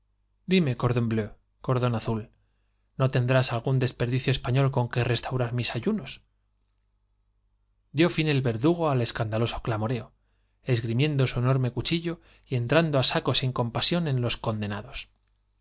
muero de cordón azul no tendrás hambre dime cordon bleu mis algún desperdicio español con restaurar que ayunos dió fin el verdugo al escandaloso clamoreo esgri miendo su enorme cuchillo y entrando ásaco sin com pasión en los condenados